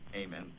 Amen